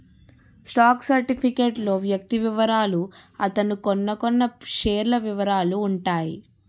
stock certificate లో వ్యక్తి వివరాలు అతను కొన్నకొన్న షేర్ల వివరాలు ఉంటాయి